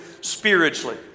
spiritually